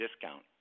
discount